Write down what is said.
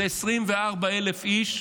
אלה 24,000 איש,